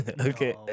okay